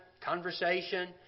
conversation